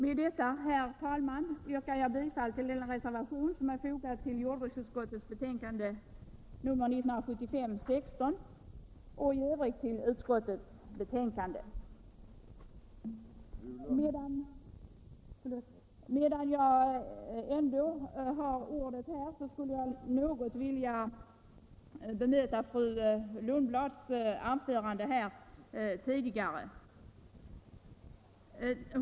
Med detta, herr talman, yrkar jag bifall till den reservation som är fogad till jordbruksutskottets betänkande 16 och i övrigt till utskottets hemställan. Medan jag ändå har ordet skulle jag något vilja bemöta fru Lundblads anförande.